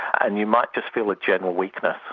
and you might just feel a general weakness.